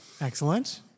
Excellent